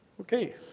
okay